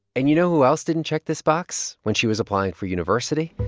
and you know who else didn't check this box when she was applying for university?